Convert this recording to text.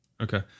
Okay